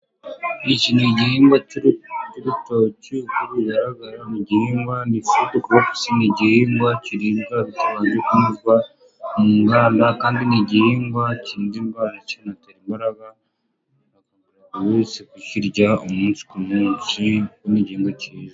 Iki ni igihingwa cy'ururutoki uko bigaragara ni igihingwa ni fudu koropusi. Ni igihingwa kiribwa kitabanje kunyuzwa mu muganda kandi ni igihingwa kirinda indwara kikanatera imbaraga aka buri wese ku kirya umunsi ku munsi kuko ni igihingwa cyiza.